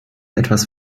etwas